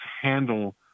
handle